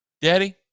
Daddy